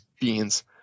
beans